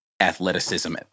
athleticism